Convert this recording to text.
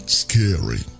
scary